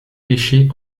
pêcher